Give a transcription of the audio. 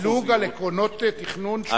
דילוג על עקרונות תכנון,